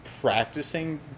practicing